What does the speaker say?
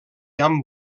amb